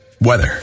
Weather